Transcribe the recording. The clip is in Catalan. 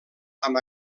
amb